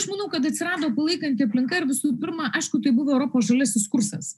aš manau kad atsirado palaikanti aplinka ir visų pirma aišku tai buvo europos žaliasis kursas